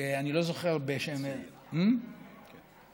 שאני לא זוכר, כן?